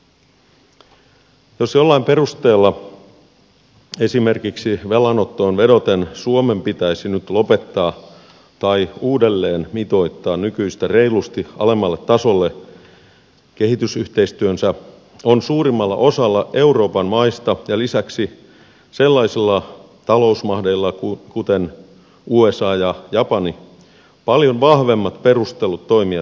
jos jollain perusteella esimerkiksi velanottoon vedoten suomen pitäisi nyt lopettaa tai uudelleen mitoittaa nykyistä reilusti alemmalle tasolle kehitysyhteistyönsä on suurimmalla osalla euroopan maista ja lisäksi sellaisilla talousmahdeilla kuten usa ja japani paljon vahvemmat perustelut toimia samoin